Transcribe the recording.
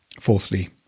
Fourthly